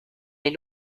les